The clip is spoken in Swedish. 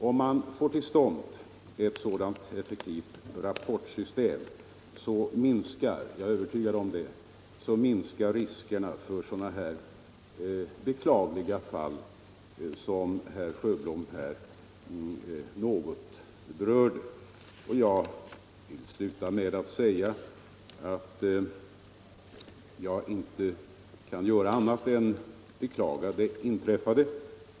Om man får till stånd ett sådant effektivt rapportsystem är jag övertygad om att riskerna minskar för sådana här beklagliga fall som herr Sjöholm här något berörde. Jag vill sluta med att säga att jag inte kan göra annat än beklaga det inträffade.